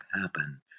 happen